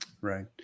Right